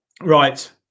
right